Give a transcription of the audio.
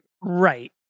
Right